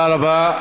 תודה רבה.